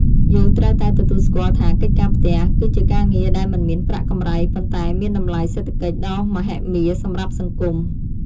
យើងត្រូវតែទទួលស្គាល់ថាកិច្ចការផ្ទះ គឺជាការងារដែលមិនមានប្រាក់កម្រៃប៉ុន្តែមានតម្លៃសេដ្ឋកិច្ចដ៏មហិមាសម្រាប់សង្គម។